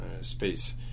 space